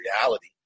reality